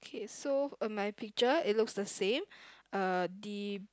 okay so on my picture it looks the same uh the